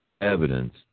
evidence